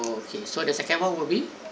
okay so the second one will be